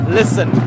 listen